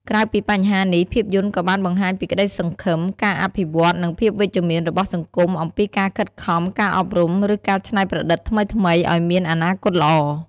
ក្រៅពីបញ្ហានេះភាពយន្តក៏បានបង្ហាញពីក្តីសង្ឃឹម ការអភិវឌ្ឍន៍ និងភាពវិជ្ជមានរបស់សង្គមអំពីការខិតខំ ការអប់រំ ឬការច្នៃប្រឌិតថ្មីៗ អោយមានអនាគតល្អ ។